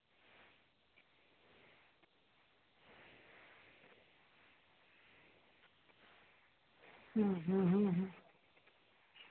ᱦᱩᱸ ᱦᱩᱸ ᱦᱩᱸ